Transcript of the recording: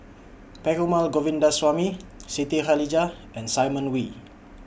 Perumal Govindaswamy Siti Khalijah and Simon Wee